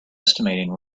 estimating